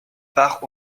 part